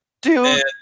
Dude